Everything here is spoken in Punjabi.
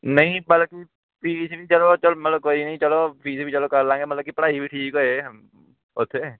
ਨਹੀਂ ਬਲਕਿ ਫੀਸ ਵੀ ਚਲੋ ਚਲ ਮਤਲਬ ਕੋਈ ਨਹੀਂ ਚਲੋ ਫੀਸ ਵੀ ਚਲੋ ਕਰ ਲਾਂਗੇ ਮਤਲਬ ਕਿ ਪੜ੍ਹਾਈ ਵੀ ਠੀਕ ਹੋਏ ਉੱਥੇ